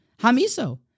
hamiso